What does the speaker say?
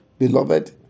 Beloved